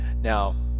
now